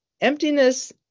Emptiness